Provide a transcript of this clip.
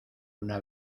una